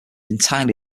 entirely